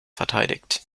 verteidigt